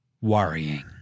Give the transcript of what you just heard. worrying